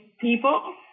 people